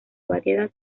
variedad